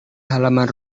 halaman